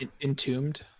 entombed